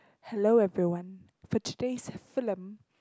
hello everyone for today's film